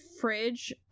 fridge